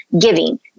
giving